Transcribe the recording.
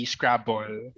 Scrabble